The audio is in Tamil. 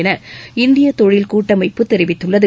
என இந்திய தொழில் கூட்டமைப்பு தெரிவித்துள்ளது